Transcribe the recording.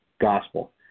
gospel